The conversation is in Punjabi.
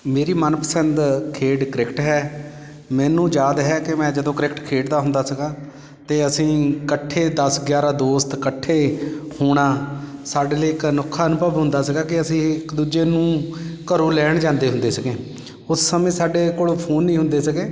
ਮੇਰੀ ਮਨਪਸੰਦ ਖੇਡ ਕ੍ਰਿਕਟ ਹੈ ਮੈਨੂੰ ਯਾਦ ਹੈ ਕਿ ਮੈਂ ਜਦੋਂ ਕ੍ਰਿਕਟ ਖੇਡਦਾ ਹੁੰਦਾ ਸੀਗਾ ਤਾਂ ਅਸੀਂ ਇਕੱਠੇ ਦਸ ਗਿਆਰਾਂ ਦੋਸਤ ਇਕੱਠੇ ਹੋਣਾ ਸਾਡੇ ਲਈ ਇੱਕ ਅਨੋਖਾ ਅਨੁਭਵ ਹੁੰਦਾ ਸੀਗਾ ਕਿ ਅਸੀਂ ਇੱਕ ਦੂਜੇ ਨੂੰ ਘਰੋਂ ਲੈਣ ਜਾਂਦੇ ਹੁੰਦੇ ਸੀਗੇ ਉਸ ਸਮੇਂ ਸਾਡੇ ਕੋਲ ਫੋਨ ਨਹੀਂ ਹੁੰਦੇ ਸੀਗੇ